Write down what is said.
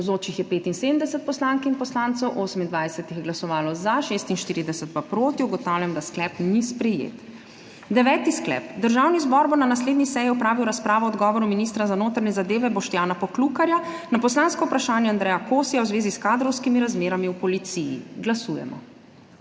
Navzočih je 75 poslank in poslancev, 28 jih je glasovalo za, 46 pa proti. (Za je glasovalo 28.) (Proti 46.) Ugotavljam, da sklep ni sprejet. Deveti sklep: Državni zbor bo na naslednji seji opravil razpravo o odgovoru ministra za notranje zadeve Boštjana Poklukarja na poslansko vprašanje Andreja Kosija v zvezi s kadrovskimi razmerami v policiji? Glasujemo.